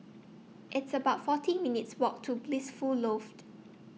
It's about forty minutes' Walk to Blissful Loft